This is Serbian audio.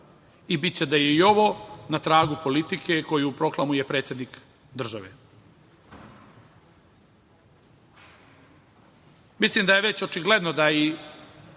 i biće da je i ovo na tragu politike koju proklamuje predsednik države. Mislim